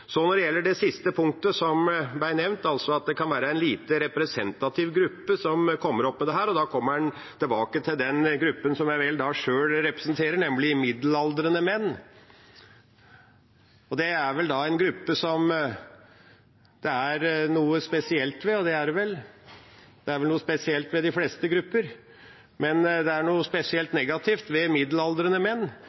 Når det gjelder det siste punktet som ble nevnt, at det kan være en lite representativ gruppe som kommer opp med dette, kommer en tilbake til den gruppen som jeg sjøl representerer, nemlig middelaldrende menn, at det er en gruppe som det er noe spesielt ved, og det er det vel. Det er vel noe spesielt ved de fleste grupper, men det er noe spesielt negativt ved middeladrende menn.